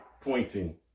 pointing